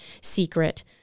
secret